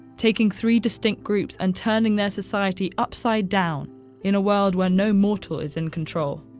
taking three distinct groups and turning their society upside-down in a world where no mortal is in control.